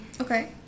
Okay